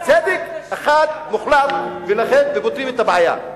צדק אחד מוחלט, ופותרים את הבעיה.